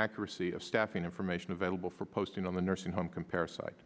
accuracy of staffing information available for posting on the nursing home compare site